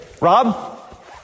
Rob